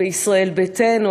בישראל ביתנו,